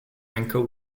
encode